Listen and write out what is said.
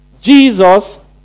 Jesus